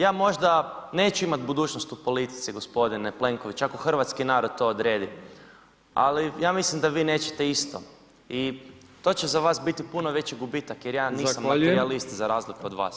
Ja možda neću imati budućnost u politici g. Plenković ako hrvatski narod to odredi ali ja mislim da vi nećete isto i to će za vas biti puno veći gubitak jer ja nisam materijalist za razliku od vas.